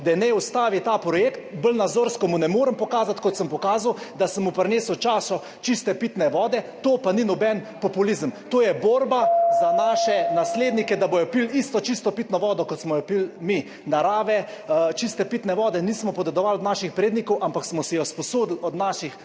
da naj ustavi ta projekt, bolj nazorno mu ne morem pokazati, kot sem pokazal, da sem mu prinesel čašo čiste pitne vode, to pa ni noben populizem. To je borba za naše naslednike, da bodo pili isto čisto pitno vodo, kot smo jo pili mi. Narave čiste pitne vode nismo podedovali od naših prednikov, ampak smo si jo sposodili od naših zanamcev.